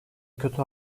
kötü